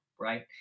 right